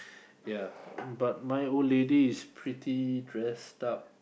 yea but my old lady is pretty dressed up